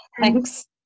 Thanks